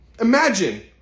Imagine